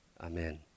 Amen